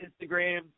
Instagram